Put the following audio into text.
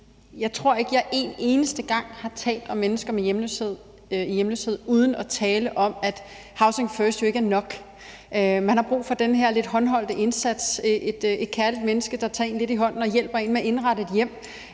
Jeg tror ikke, jeg en eneste gang har talt om mennesker med hjemløshed uden at tale om, at Housing First jo ikke er nok, men at man har brug for den her lidt håndholdte indsats, et kærligt menneske, der tager en lidt i hånden og hjælper en med at indrette et hjem,